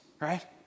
right